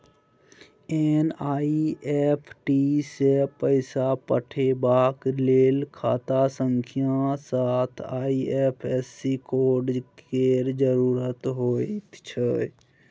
NEFT सँ पैसा पठेबाक लेल खाता संख्याक साथ आई.एफ.एस.सी कोड केर जरुरत होइत छै